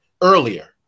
earlier